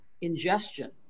ingestion